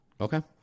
Okay